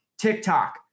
TikTok